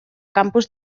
campus